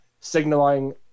signaling